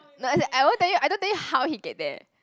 no as in I won't tell I don't tell you how he get there